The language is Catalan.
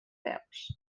peus